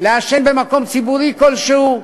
לעשן במקום ציבורי כלשהו.